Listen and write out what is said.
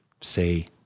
say